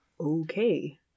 Okay